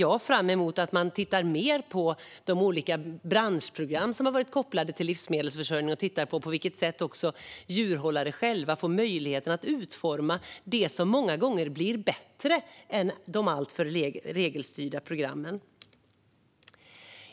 Jag ser fram emot att man tittar mer på de olika branschprogram som har varit kopplade till livsmedelsförsörjningen och också på hur djurhållare själva får möjlighet att utforma något som många gånger blir bättre än de alltför regelstyrda programmen.